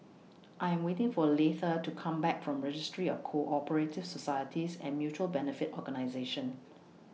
I'm waiting For Leitha to Come Back from Registry of Co Operative Societies and Mutual Benefit Organisations